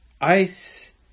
ice